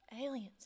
Aliens